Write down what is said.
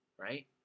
right